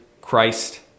Christ